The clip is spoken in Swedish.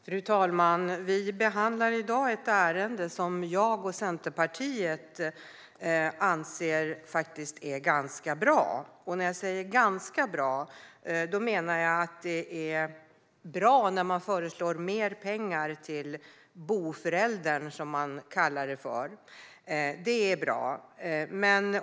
Fru talman! Vi behandlar i dag ett ärende som jag och Centerpartiet faktiskt anser är ganska bra. Och när jag säger "ganska bra" menar jag att det är bra när man föreslår mer pengar till boföräldern, som det kallas. Detta är bra.